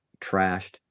trashed